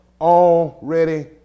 already